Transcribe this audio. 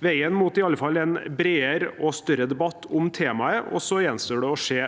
veien mot en bredere og større debatt om temaet, og så gjenstår det å se hva som kommer